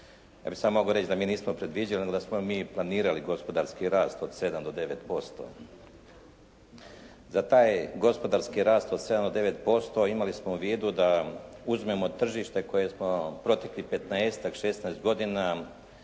Ja bih samo mogao reći da mi nismo predviđali nego da smo mi planirali gospodarski rast od 7 do 9%. Za taj gospodarski rast od 7 do 9% imali smo u vidu da uzmemo tržište koje smo proteklih 15-tak, 16 godina